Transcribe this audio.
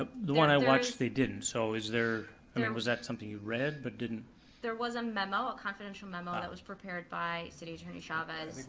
the one i watched, they didn't, so is there, or and and was that something you read but didn't there was a memo, a confidential memo that was prepared by city attorney chavez.